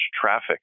traffic